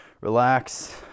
relax